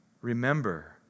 Remember